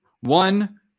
One